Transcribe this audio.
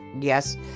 yes